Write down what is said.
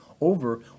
over